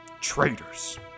Traitors